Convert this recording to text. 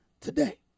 today